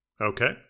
Okay